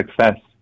success